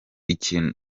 iki